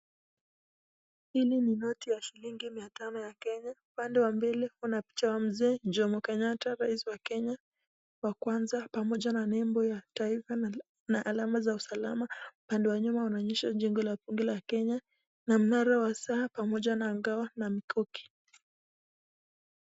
Hili ni noti ya shilingi mia tano ya Kenya, upande wa mbele kuna picha ya mzee Jomo Kenyatta rais wa Kenya wa kwanza pamoja na nembo ya taifa na alama za usalama, upande wa nyuma unaonyesha jengo la bunge la Kenya na mnara wa saa pamoja na ngao na mkuki.